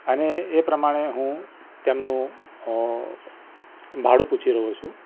અને એ પ્રમાણે હું તેમનું અ ભાડું પૂછી રહ્યો છું